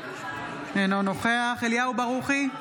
בעד אליהו ברוכי,